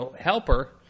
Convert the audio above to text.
helper –